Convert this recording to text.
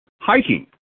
Hiking